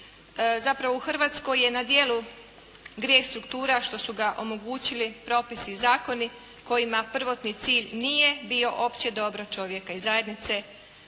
zapravo "U Hrvatskoj je na djelu grijeh struktura što su ga omogućili propisi i zakoni kojima prvotni cilj nije bio opće dobro čovjeka i zajednice".